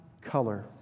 color